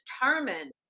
determined